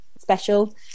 special